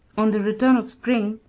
on the return of spring,